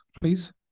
please